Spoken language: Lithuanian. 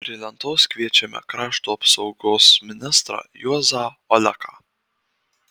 prie lentos kviečiame krašto apsaugos ministrą juozą oleką